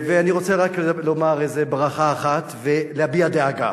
אני רוצה רק לומר ברכה אחת ולהביע דאגה.